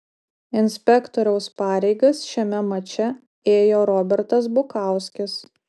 inspektoriaus pareigas šiame mače ėjo robertas bukauskis